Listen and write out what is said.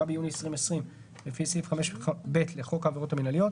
ביוני 2020) לפי סעיף 5(ב) לחוק העבירות המנהליות,